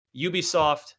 Ubisoft